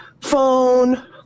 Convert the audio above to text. phone